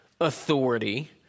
authority